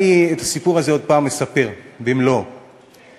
אני, את הסיפור הזה עוד אספר במלואו פעם.